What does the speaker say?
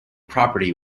property